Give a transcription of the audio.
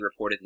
reportedly